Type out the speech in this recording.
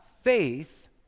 faith